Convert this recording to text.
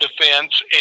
defense